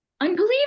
Unbelievable